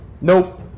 Nope